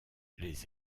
les